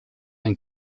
ein